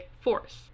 force